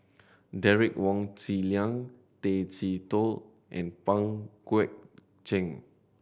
Derek Wong Zi Liang Tay Chee Toh and Pang Guek Cheng